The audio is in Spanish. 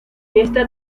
esta